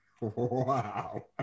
Wow